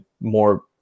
more